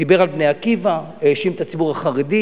דיבר על "בני עקיבא", האשים את הציבור החרדי